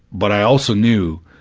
but i also knew,